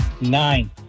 Nine